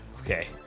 Okay